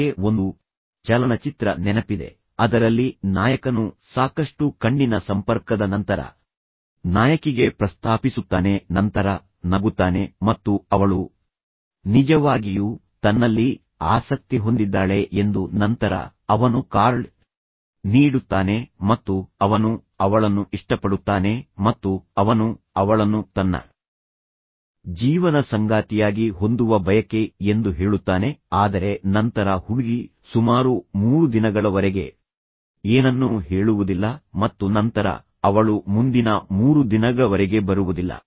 ನನಗೆ ಒಂದು ಚಲನಚಿತ್ರ ನೆನಪಿದೆ ಅದರಲ್ಲಿ ನಾಯಕನು ಸಾಕಷ್ಟು ಕಣ್ಣಿನ ಸಂಪರ್ಕದ ನಂತರ ನಾಯಕಿಗೆ ಪ್ರಸ್ತಾಪಿಸುತ್ತಾನೆ ನಂತರ ನಗುತ್ತಾನೆ ಮತ್ತು ಅವಳು ನಿಜವಾಗಿಯೂ ತನ್ನಲ್ಲಿ ಆಸಕ್ತಿ ಹೊಂದಿದ್ದಾಳೆ ಎಂದು ನಂತರ ಅವನು ಕಾರ್ಡ್ ನೀಡುತ್ತಾನೆ ಮತ್ತು ಅವನು ಅವಳನ್ನು ಇಷ್ಟಪಡುತ್ತಾನೆ ಮತ್ತು ಅವನು ಅವಳನ್ನು ತನ್ನ ಜೀವನ ಸಂಗಾತಿಯಾಗಿ ಹೊಂದುವ ಬಯಕೆ ಎಂದು ಹೇಳುತ್ತಾನೆ ಆದರೆ ನಂತರ ಹುಡುಗಿ ಸುಮಾರು 3 ದಿನಗಳವರೆಗೆ ಏನನ್ನೂ ಹೇಳುವುದಿಲ್ಲ ಮತ್ತು ನಂತರ ಅವಳು ಮುಂದಿನ 3 ದಿನಗಳವರೆಗೆ ಬರುವುದಿಲ್ಲ